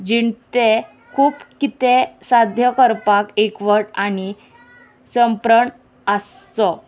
जिणते खूब कितें साध्य करपाक एकवट आनी संप्रण आसचो